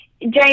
James